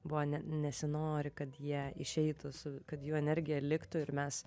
buvo ne nesinori kad jie išeitų su kad jų energija liktų ir mes